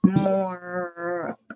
more